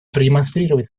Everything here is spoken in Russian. продемонстрировать